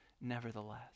nevertheless